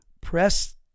press